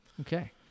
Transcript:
Okay